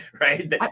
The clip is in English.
Right